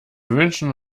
wünschen